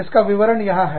इसका विवरण यहां है